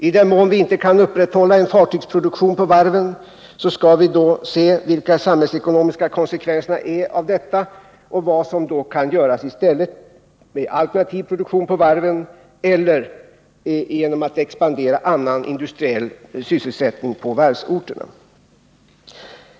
Om vi inte kan upprätthålla fartygsproduktion på varven, skall vi alltså se vilka de samhällsekonomiska konsekvenserna av detta blir och vad som kan göras i stället i fråga om alternativ produktion på varven eller expansion av annan industriell sysselsättning på varvsorterna.